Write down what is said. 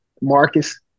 Marcus